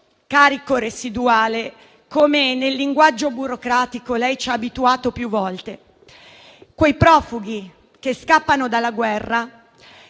carico residuale, come nel linguaggio burocratico lei ci ha abituato più volte. Quei profughi che scappano dalla guerra